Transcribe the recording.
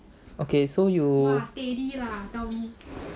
okay so you